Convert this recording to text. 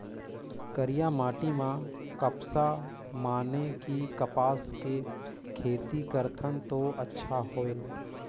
करिया माटी म कपसा माने कि कपास के खेती करथन तो अच्छा होयल?